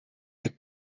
the